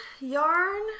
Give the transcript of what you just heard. Yarn